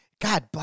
god